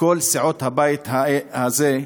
כל סיעות הבית הזה,